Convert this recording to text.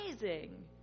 amazing